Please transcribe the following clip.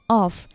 off